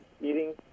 eating